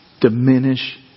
diminish